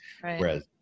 Whereas